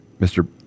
Mr